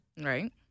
Right